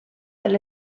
del